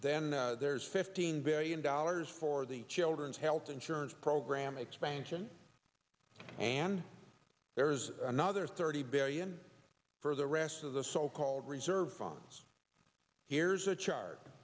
then there's fifteen billion dollars for the children's health insurance program expansion and there's another thirty billion for the rest of the so called reserve funds here's a chart